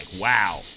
wow